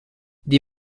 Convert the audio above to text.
die